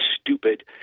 stupid